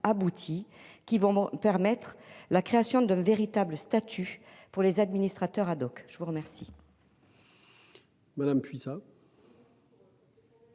qui vont permettre la création d'un véritable statut pour les administrateurs ad hoc. Je vous remercie.